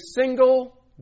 single